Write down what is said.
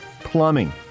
Plumbing